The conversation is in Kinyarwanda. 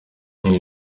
nari